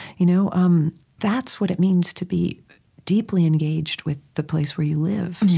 you know um that's what it means to be deeply engaged with the place where you live,